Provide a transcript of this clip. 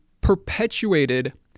perpetuated